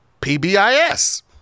PBIS